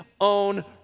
own